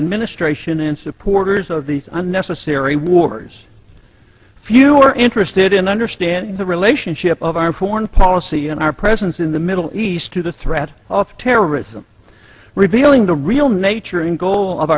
administration and supporters of these unnecessary wars if you are interested in understand the relationship of our foreign policy and our presence in the middle east through the threat of terrorism revealing the real nature and goal of